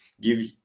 give